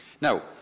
Now